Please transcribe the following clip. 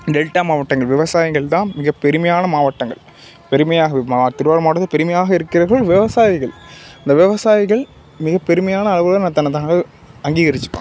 delta மாவட்டங்கள் விவசாயிகள்தான் மிகப் பெருமையான மாவட்டங்கள் பெருமையாக திருவாரூர் மாவட்டத்தில் பெருமையாக இருக்கிறவர்கள் விவசாயிகள் இந்த விவசாயிகள் மிக பெருமையான அளவில் தன்ன தாங்கள் அங்கீகரித்துப்பான்